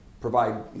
provide